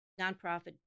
nonprofit